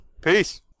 Peace